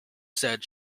said